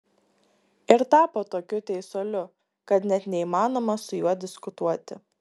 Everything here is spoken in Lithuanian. ir tapo tokiu teisuoliu kad net neįmanoma su juo diskutuoti